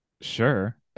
sure